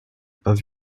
pas